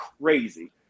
crazy